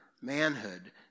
manhood